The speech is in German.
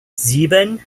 sieben